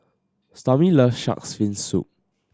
Stormy loves Shark's Fin Soup